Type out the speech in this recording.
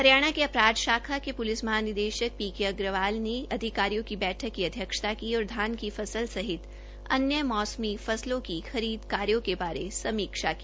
हरियाणा के अपराध शाखा के पुलिस महानिदेशक पी के अग्रवाल ने अधिकारियों की बैठक की अध्यक्षता की और धान की फसल सहित अन्य मौसमी फसलों को खरीद कार्यों बारे समीक्षा की